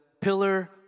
pillar